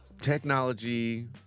technology